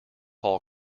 some